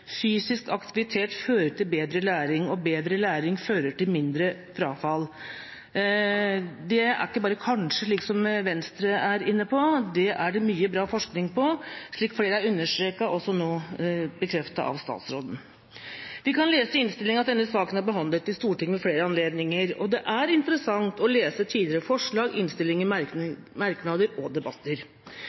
Fysisk aktivitet fører til bedre læring, og bedre læring fører til mindre frafall. Det er ikke bare «kanskje», slik som Venstre er inne på. Dette er det mye bra forskning på, slik som flere har understreket, og som statsråden nå bekreftet. Vi kan lese i innstillinga at denne saka er behandlet i Stortinget ved flere anledninger, og det er interessant å lese tidligere forslag, innstillinger, merknader og debatter.